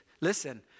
Listen